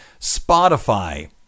Spotify